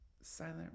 silent